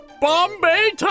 Bombay